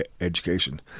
education